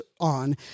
on